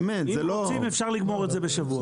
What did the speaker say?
אם רוצים, אפשר לגמור את זה בשבוע.